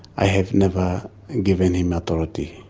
i have never given him authority.